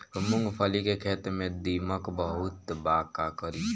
मूंगफली के खेत में दीमक बहुत बा का करी?